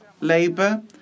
Labour